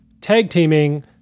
tag-teaming